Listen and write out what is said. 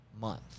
month